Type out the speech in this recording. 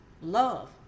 love